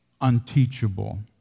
unteachable